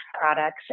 products